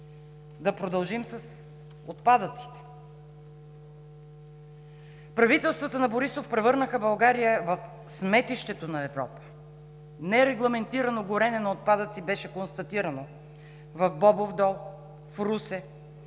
Да продължим с отпадъците. Правителствата на Борисов превърнаха България в сметището на Европа. Нерегламентирано горене на отпадъци беше констатирано в Бобов дол, в Русе;